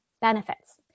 benefits